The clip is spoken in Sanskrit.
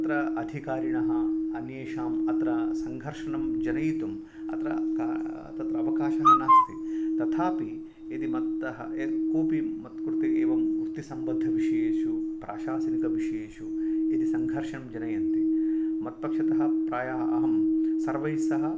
तत्र अधिकारिणः अन्येषाम् अत्र सङ्घर्षणं जनयितुं अत्र तत्र अवकाशः नास्ति तथापि यदि मत्तः यत्कोपि मत्कृते एवं वृत्तिसम्बद्धविषयेषु प्राशासनिकविषयेषु यदि सङ्घर्षं जनयन्ति मत्पक्षतः प्रायः अहं सर्वैस्सह